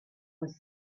was